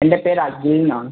എൻ്റെ പേര് അഖിൽ ന്നാണ്